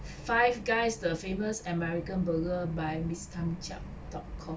Five Guys the famous american burger by miss tam chiak tok kong